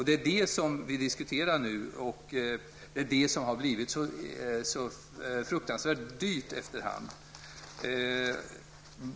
Det är det som vi nu diskuterar och som har blivit få fruktansvärt dyrt i efterhand.